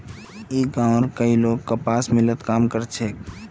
ई गांवउर कई लोग कपास मिलत काम कर छे